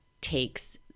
takes